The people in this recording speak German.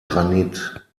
granit